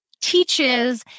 teaches